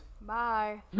Bye